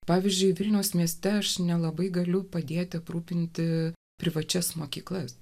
pavyzdžiui vilniaus mieste aš nelabai galiu padėti aprūpinti privačias mokyklas